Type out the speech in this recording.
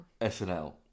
SNL